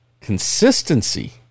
Consistency